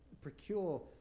procure